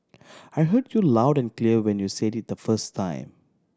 I heard you loud and clear when you said it the first time